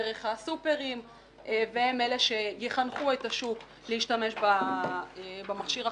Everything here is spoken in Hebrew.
דרך הסופרמרקטים והם אלה שיחנכו את השוק להשתמש במכשיר החדש.